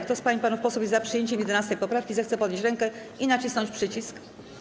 Kto z pań i panów posłów jest za przyjęciem 11. poprawki, zechce podnieść rękę i nacisnąć przycisk.